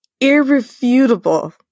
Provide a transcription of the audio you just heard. irrefutable